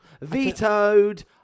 Vetoed